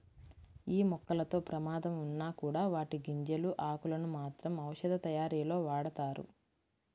యీ మొక్కలతో ప్రమాదం ఉన్నా కూడా వాటి గింజలు, ఆకులను మాత్రం ఔషధాలతయారీలో వాడతారు